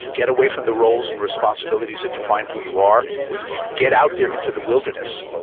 get away from the roles and responsibilities that define who you are and get out there into the wilderness.